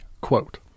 Quote